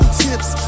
tips